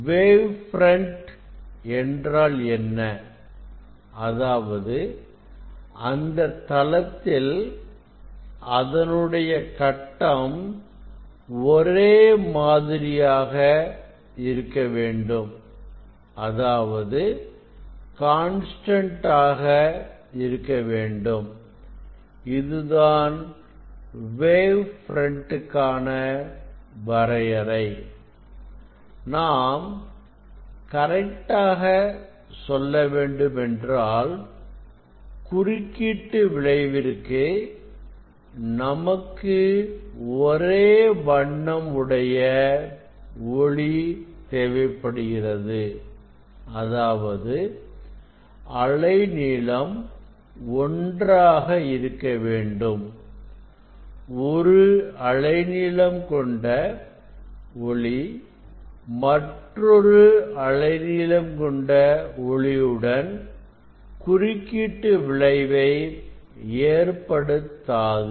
wave front என்றால் என்ன அதாவது அந்த தளத்தில் அதனுடைய கட்டம் ஒரே மாதிரியாக இருக்கவேண்டும் அதாவது கான்ஸ்டன்ட் ஆக இருக்க வேண்டும் இதுதான் வேவ் பிரண்ட் காண வரையறை நாம் கரெக்டாக சொல்ல வேண்டுமென்றால் குறுக்கிட்டு விளைவிற்கு நமக்கு ஒரு ஒரே வண்ணம் உடைய ஒளி தேவைப்படுகிறது அதாவது அலைநீளம் ஒன்றாக இருக்க வேண்டும் ஒரு அலை நீளம் கொண்ட ஒளி மற்றொரு அலை நீளம் கொண்ட ஒளியுடன் குறுக்கிட்டு விளைவை ஏற்படுத்தாது